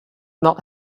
not